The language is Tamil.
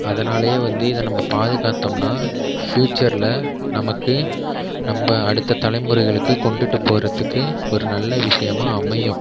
அதனாலேயே வந்து இதை நம்ம பாதுகாத்தோம்னா ஃப்யூச்சரில் நமக்கு நம்ம அடுத்த தலைமுறைகளுக்கு கொண்டுட்டு போகிறத்துக்கு ஒரு நல்ல விஷயமா அமையும்